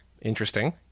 interesting